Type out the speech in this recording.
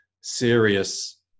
serious